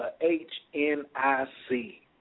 H-N-I-C